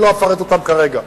ולא אפרט אותם כרגע.